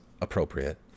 appropriate